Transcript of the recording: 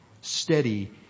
steady